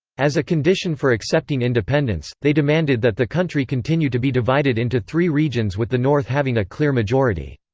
as a condition for accepting independence, they demanded that the country continue to be divided into three regions with the north having a clear majority.